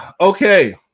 Okay